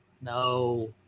no